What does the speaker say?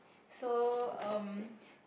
so um